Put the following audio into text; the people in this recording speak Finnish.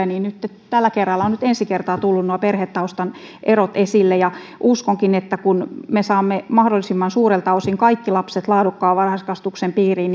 niin tällä kerralla ovat ensi kertaa tulleet esille perhetaustan erot uskonkin että kun me saamme mahdollisimman suurelta osin kaikki lapset laadukkaan varhaiskasvatuksen piiriin